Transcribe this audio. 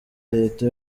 leta